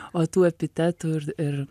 o tų epitetų ir ir